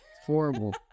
Horrible